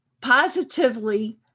positively